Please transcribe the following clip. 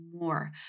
more